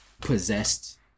possessed